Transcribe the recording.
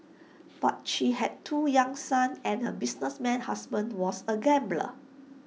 but she had two young sons and her businessman husband was A gambler